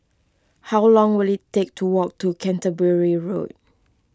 how long will it take to walk to Canterbury Road